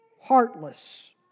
heartless